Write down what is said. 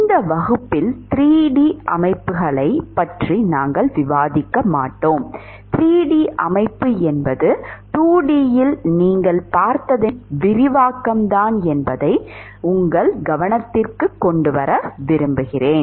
இந்த வகுப்பில் 3டி அமைப்புகளைப் பற்றி நாங்கள் விவாதிக்க மாட்டோம் 3டி சிஸ்டம் என்பது 2டியில் நீங்கள் பார்ப்பதன் விரிவாக்கம்தான் என்பதை உங்கள் கவனத்திற்குக் கொண்டு வர விரும்புகிறேன்